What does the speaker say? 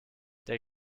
der